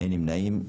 אין נמנעים?